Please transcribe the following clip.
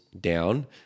down